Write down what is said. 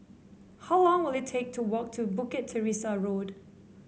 how long will it take to walk to Bukit Teresa Road